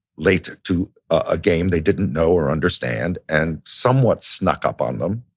late to a game they didn't know or understand, and somewhat snuck up on them.